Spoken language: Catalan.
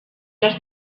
les